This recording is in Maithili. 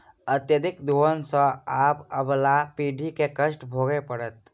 अत्यधिक दोहन सँ आबअबला पीढ़ी के कष्ट भोगय पड़तै